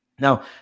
now